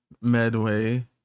Medway